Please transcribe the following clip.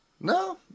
no